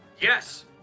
Yes